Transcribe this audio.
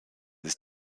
his